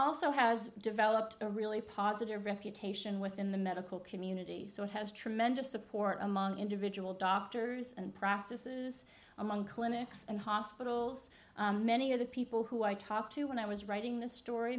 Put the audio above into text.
also has developed a really positive reputation within the medical community so it has tremendous support among individual doctors and practices among clinics and hospitals many of the people who i talked to when i was writing the story